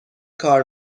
کار